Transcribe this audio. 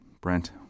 Brent